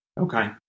Okay